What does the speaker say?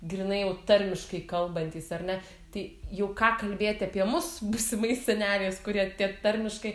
grynai jau tarmiškai kalbantys ar ne tai jau ką kalbėti apie mus būsimais seneliais kurie tie tarmiškai